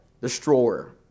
Destroyer